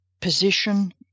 position